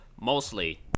Mostly